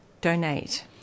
donate